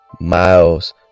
miles